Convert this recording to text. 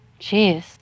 Jeez